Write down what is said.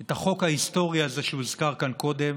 את החוק ההיסטורי הזה שהוזכר כאן קודם,